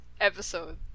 episode